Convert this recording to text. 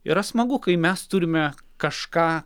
yra smagu kai mes turime kažką